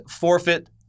forfeit